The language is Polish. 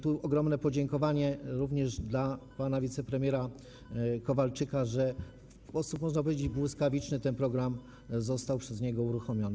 Tu ogromne podziękowania również dla pana wicepremiera Kowalczyka za to, że w sposób, można powiedzieć, błyskawiczny ten program został przez niego uruchomiony.